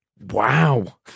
Wow